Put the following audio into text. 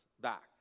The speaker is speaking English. back